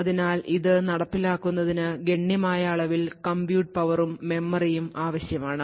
അതിനാൽ ഇത് നടപ്പിലാക്കുന്നതിന് ഗണ്യമായ അളവിൽ കമ്പ്യൂട്ട് പവറും മെമ്മറിയും ആവശ്യമാണ്